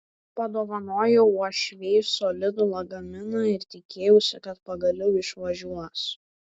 padovanojau uošvei solidų lagaminą ir tikėjausi kad pagaliau išvažiuos